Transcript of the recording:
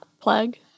Plague